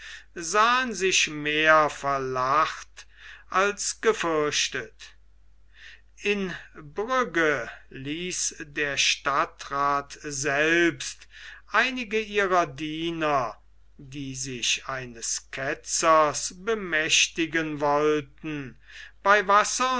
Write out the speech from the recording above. sahen sich mehr verlacht als gefürchtet in brügge ließ der stadtrath selbst einige ihrer diener die sich eines ketzers bemächtigen wollten bei wasser